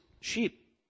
sheep